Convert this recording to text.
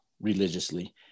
religiously